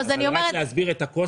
אבל רק להסביר את הקושי.